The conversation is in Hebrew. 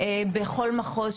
בכל מחוז,